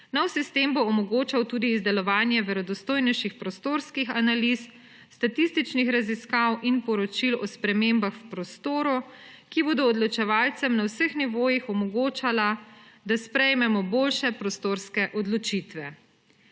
Nov sistem bo omogočal tudi izdelovanje verodostojnejših prostorskih analiz, statističnih raziskav in poročil o spremembah v prostoru, ki bodo odločevalcem na vseh nivojih omogočali, da sprejmemo boljše prostorske odločitve.